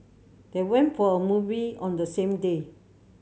they went for a movie on the same day